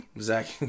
Zach